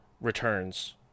returns